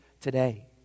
today